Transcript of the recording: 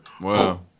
Wow